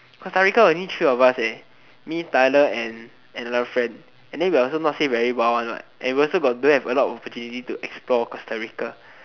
Costa-Rica only three of us eh me Tyler and and another friend and then we are also not let's say very wild one what and we also don't have a lot of opportunities to explore Costa-Rica